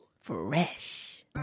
Fresh